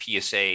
PSA